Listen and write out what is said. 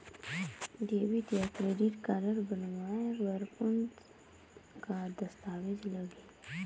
Debit या credit card बनवाय बर कौन का दस्तावेज लगही?